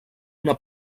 una